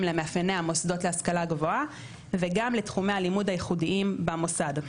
למאפייני המוסדות להשכלה גבוהה וגם לתחומי הלימוד הייחודיים במוסד,